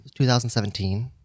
2017